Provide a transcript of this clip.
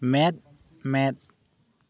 ᱢᱮᱫ ᱢᱮᱫ